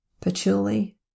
patchouli